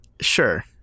Sure